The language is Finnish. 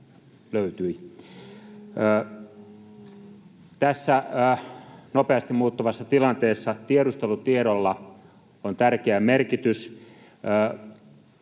Tässä nopeasti muuttuvassa tilanteessa tiedustelutiedolla on tärkeä merkitys.